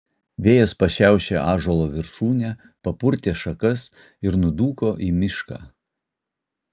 vėjas pašiaušė ąžuolo viršūnę papurtė šakas ir nudūko į mišką